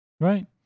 Right